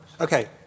okay